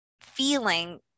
feeling